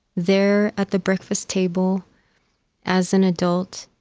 there at the breakfast table as an adult,